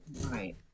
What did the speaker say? Right